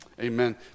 Amen